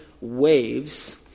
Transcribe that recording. waves